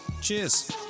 Cheers